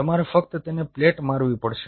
તમારે ફક્ત તેને પેલેટ મારવી પડશે